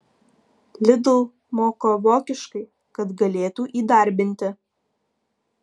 lidl moko vokiškai kad galėtų įdarbinti